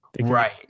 right